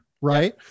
Right